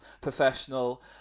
professional